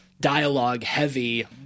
dialogue-heavy